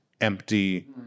empty